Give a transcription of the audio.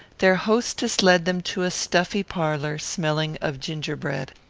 their hostess led them to a stuffy parlour smelling of gingerbread.